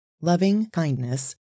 Loving-kindness